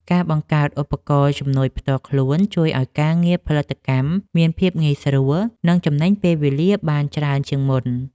ការបង្កើតឧបករណ៍ជំនួយផ្ទាល់ខ្លួនជួយឱ្យការងារផលិតកម្មមានភាពងាយស្រួល និង ចំណេញពេលវេលាបានច្រើនជាងមុន។